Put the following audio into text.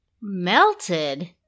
Melted